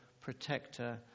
protector